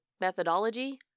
methodology